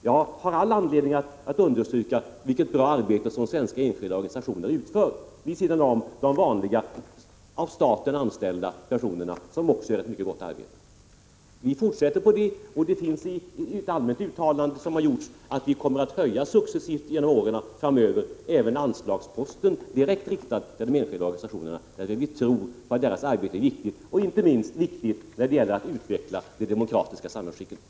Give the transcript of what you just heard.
Jag har all anledning att understryka vilket bra arbete som svenska enskilda organisationer utför vid sidan om de av staten anställda personerna, som också gör ett mycket gott arbete. Vi fortsätter på denna linje, och det har gjorts ett allmänt uttalande om att vi framöver successivt kommer att höja även det anslag som är direkt riktat till de enskilda organisationerna. Vi tror nämligen att deras arbete är viktigt, inte minst när det gäller att utveckla det demokratiska samhällsskicket.